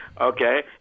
okay